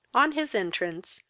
on his entrance,